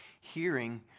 hearing